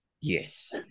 Yes